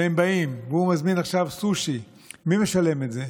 והם באים והוא מזמין עכשיו סושי, מי משלם את זה?